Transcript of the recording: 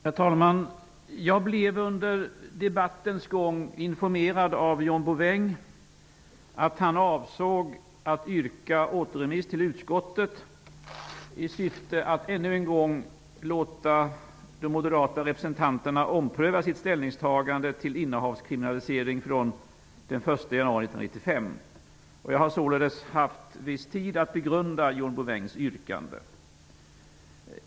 Herr talman! Jag blev under debattens gång informerad av John Bouvin om att han avsåg att yrka på återremiss till utskottet i syfte att ännu en gång låta de moderata representanterna ompröva sitt ställningstagande till innehavskriminalisering från den 1 januari 1995. Jag har således haft viss tid att begrunda John Bouvins yrkande.